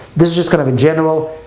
this just kind of a general,